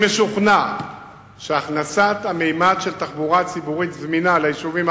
אני משוכנע שהכנסת הממד של תחבורה ציבורית זמינה ליישובים